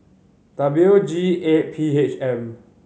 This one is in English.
W G eight P H M